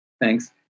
thanks